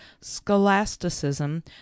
scholasticism